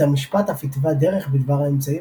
בית המשפט אף התווה דרך בדבר האמצעים